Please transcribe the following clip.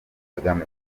kagame